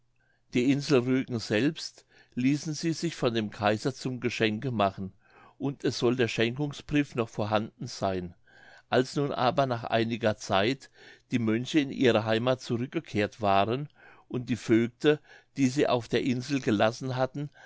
die insel rügen selbst ließen sie sich von dem kaiser zum geschenke machen und es soll der schenkungsbrief noch vorhanden sein als nun aber nach einiger zeit die mönche in ihre heimath zurückgekehrt waren und die vögte die sie auf der insel gelassen hatten